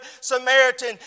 Samaritan